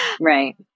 right